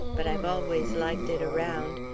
but i've always liked it around.